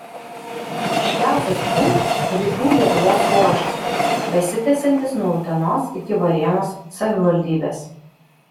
ryškiausias jų rytų lietuvos ruožas besitęsiantis nuo utenos iki varėnos savivaldybės